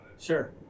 Sure